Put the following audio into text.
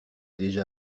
déjà